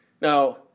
Now